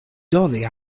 dolly